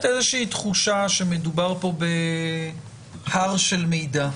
התחושה שבעצם מדובר פה בהר של מידע,